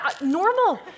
normal